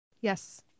yes